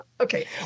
okay